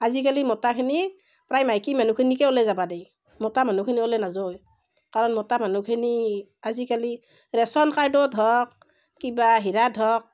আজিকালি মতাখিনি প্ৰায় মাইকী মানুহখিনিকে ওলেই যাবা দেই মতা মানুহখিনি ওলাই নাযায় কাৰণ মতা মানুহখিনি আজিকালি ৰেচন কাৰ্ডত হওক কিবা হেৰিয়াত হওক